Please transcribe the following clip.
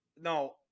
No